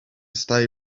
stay